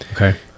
okay